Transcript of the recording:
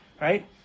Right